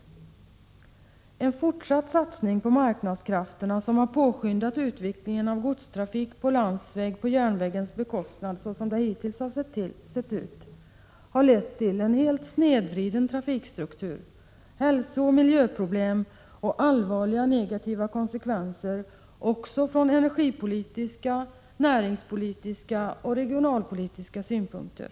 Den hittillsvarande satsningen på marknadskrafterna, som har påskyndat utvecklingen av godstrafiken på landsväg på järnvägens bekostnad, har lett till en snedvriden trafikstruktur, hälsooch miljöproblem samt allvarliga negativa konsekvenser också från energipolitiska, näringspolitiska och regionalpolitiska synpunkter.